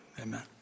Amen